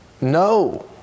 no